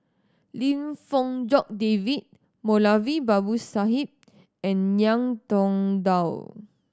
Lim Fong Jock David Moulavi Babu Sahib and Ngiam Tong Dow